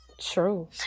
True